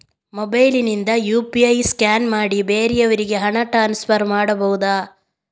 Mobile ನಿಂದ UPI scan ಮಾಡಿ ಬೇರೆಯವರಿಗೆ ಹಣ ಟ್ರಾನ್ಸ್ಫರ್ ಮಾಡಬಹುದ?